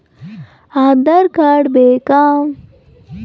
Aadhaar card ಬೇಕಾ?